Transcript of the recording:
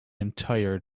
entire